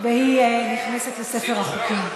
והיא נכנסת לספר החוקים.